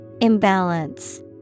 Imbalance